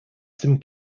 some